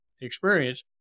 experience